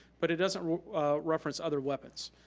but it doesn't reference other weapons.